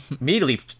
Immediately